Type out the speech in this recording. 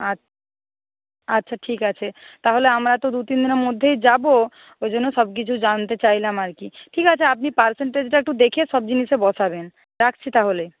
আচ্ছা ঠিক আছে তাহলে আমরা তো দু তিন দিনের মধ্যেই যাব ওই জন্য সব কিছু জানতে চাইলাম আর কি ঠিক আছে আপনি পার্সেন্টেজটা একটু দেখে সব জিনিসে বসাবেন রাখছি তাহলে